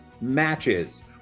matches